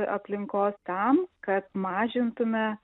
aplinkos tam kad mažintume